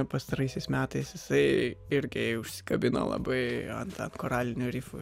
pastaraisiais metais jisai irgi užsikabino labai ant ant koralinių rifų